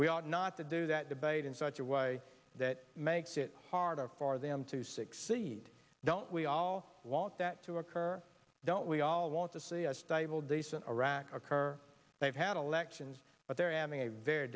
we ought not to do that debate in such a way that makes it harder for them to succeed don't we all want that to occur don't we all want to see a stable decent iraq occur they've had elections but they're ending a very